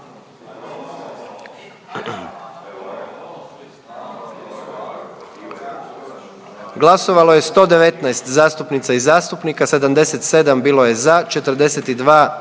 Glasovalo je 109 zastupnica i zastupnika, 106 za, 3